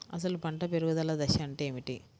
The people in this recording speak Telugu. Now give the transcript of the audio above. అసలు పంట పెరుగుదల దశ అంటే ఏమిటి?